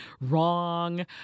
wrong